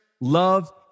love